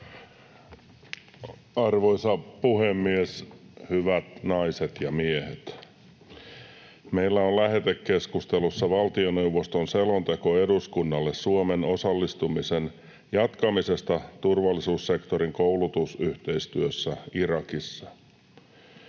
Arvoisa puhemies! Hyvät naiset ja miehet! Meillä on lähetekeskustelussa valtioneuvoston selonteko eduskunnalle Suomen osallistumisen jatkamisesta turvallisuussektorin koulutusyhteistyössä Irakissa